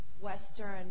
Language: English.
Western